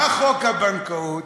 חוק הבנקאות,